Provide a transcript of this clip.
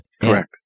Correct